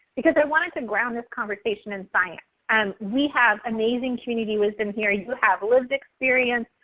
because i wanted to ground this conversation in science. and we have amazing community wisdom here. you have lived experience,